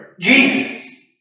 Jesus